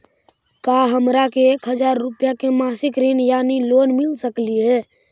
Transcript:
का हमरा के एक हजार रुपया के मासिक ऋण यानी लोन मिल सकली हे?